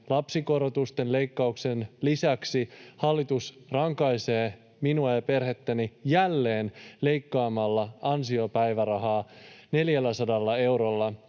lapsikorotusleikkausten lisäksi hallitus rankaisee minua ja perhettäni jälleen leikkaamalla ansiopäivärahaa 400 eurolla